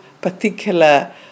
particular